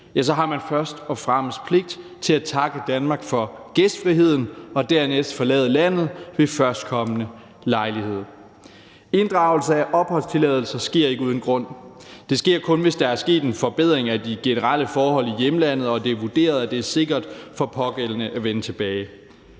så har man først og fremmest pligt til at takke Danmark for gæstfriheden og dernæst forlade landet ved førstkommende lejlighed. Inddragelse af opholdstilladelser sker ikke uden grund. Det sker kun, hvis der er sket en forbedring af de generelle forhold i hjemlandet og det er vurderet, at det er sikkert for de pågældende at vende tilbage.